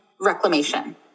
reclamation